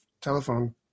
telephone